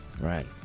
Right